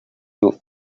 new